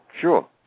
Sure